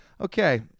Okay